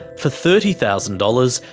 for thirty thousand dollars,